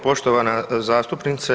Poštovana zastupnice.